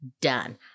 done